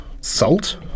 salt